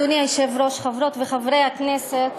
אדוני היושב-ראש, חברות וחברי הכנסת,